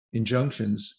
injunctions